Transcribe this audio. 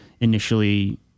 initially